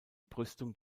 brüstung